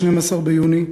12 ביוני,